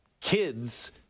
kids